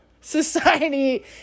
society